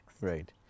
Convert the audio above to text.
Right